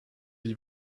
die